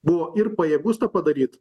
buvo ir pajėgus tą padaryt